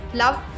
love